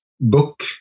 book